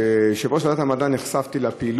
כיושב-ראש ועדת המדע נחשפה בפני